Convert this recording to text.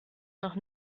noch